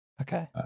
Okay